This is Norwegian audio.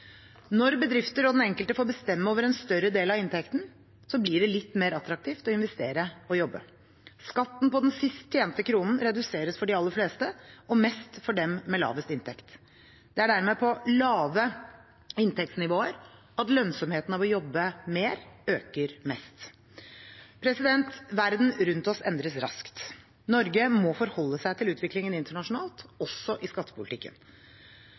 Når bedriftene og den enkelte får bestemme over en større del av inntekten, blir det litt mer attraktivt å investere og jobbe. Skatten på den sist tjente kronen reduseres for de aller fleste, og mest for dem med lavest inntekt. Det er dermed på lave inntektsnivåer at lønnsomheten av å jobbe mer øker mest. Verden rundt oss endres raskt. Norge må forholde seg til utviklingen internasjonalt, også i skattepolitikken.